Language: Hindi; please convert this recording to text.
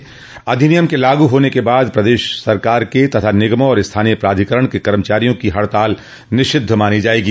इस अधिनियम के लागू होने के बाद प्रदेश सरकार के तथा निगमों और स्थानीय प्राधिकरण के कर्मचारियों की हड़ताल निषिद्ध मानी जायेगी